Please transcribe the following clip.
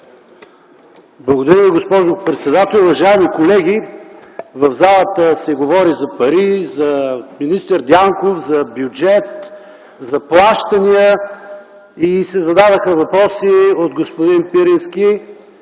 Благодаря Ви, госпожо председател. Уважаеми колеги, в залата се говори за пари, за министър Дянков, за бюджет, за плащания и се зададоха въпроси от господин Пирински.